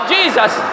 Jesus